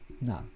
No